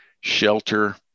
shelter